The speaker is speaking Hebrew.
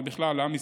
ובכלל לעם ישראל,